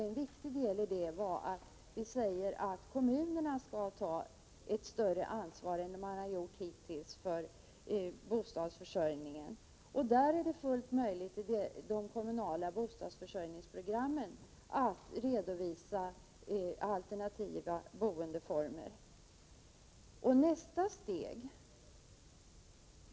En viktig sak i det sammanhanget är att vi säger att kommunerna skall ta ett större ansvar än de hittills gjort för bostadsförsörjningen. I fråga om de kommunala bostadsförsörjningsprogrammen är det fullt möjligt att redovisa alternativa boendeformer.